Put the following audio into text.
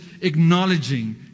acknowledging